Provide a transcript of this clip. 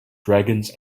dragons